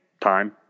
time